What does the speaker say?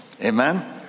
Amen